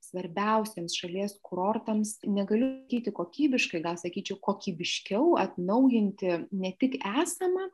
svarbiausiems šalies kurortams negaliu sakyti kokybiškai gal sakyčiau kokybiškiau atnaujinti ne tik esamą